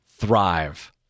thrive